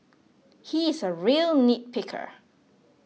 he is a real nitpicker